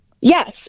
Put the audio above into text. yes